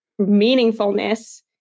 meaningfulness